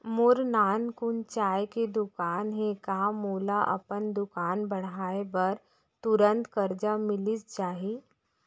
मोर नानकुन चाय के दुकान हे का मोला अपन दुकान बढ़ाये बर तुरंत करजा मिलिस जाही?